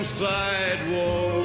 sidewalk